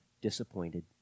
Disappointed